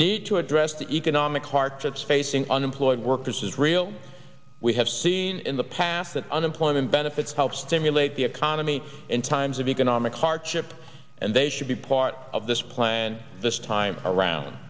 need to address the economic hardships facing unemployed workers is real we have seen in the past that unemployment benefits help stimulate the economy in times of economic hardship and they should be part of this plan this time around